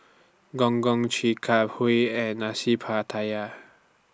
Gong Gong Chi Kak Kuih and Nasi Pattaya